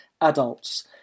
adults